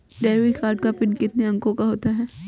Debit card का पिन कितने अंकों का होता है?